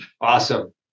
Awesome